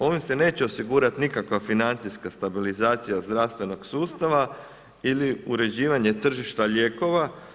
Ovim se neće osigurat nikakva financijska stabilizacija zdravstvenog sustava ili uređivanje tržišta lijekova.